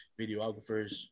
videographers